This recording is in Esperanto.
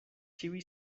ĉiuj